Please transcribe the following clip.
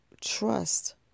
trust